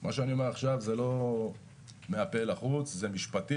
מה שאני אומר עכשיו זה לא מהפה אל החוץ, זה משפטי.